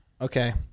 Okay